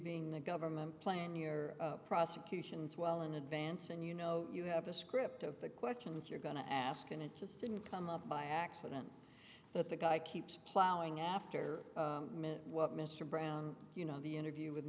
being the government plan your prosecutions well in advance and you know you have a script of the questions you're going to ask and it just didn't come up by accident but the guy keeps plowing after meant what mr brown you know the interview with